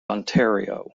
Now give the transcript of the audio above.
ontario